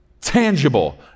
Tangible